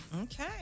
Okay